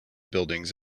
buildings